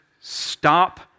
stop